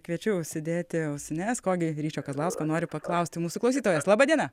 kviečiu užsidėti ausines ko gi ryčio kazlausko nori paklausti mūsų klausytojas laba diena